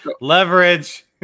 leverage